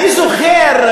אני זוכר,